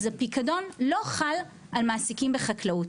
אז הפיקדון לא חל על מעסיקים בחקלאות.